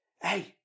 Hey